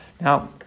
Now